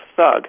thug